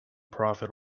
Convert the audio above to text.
profit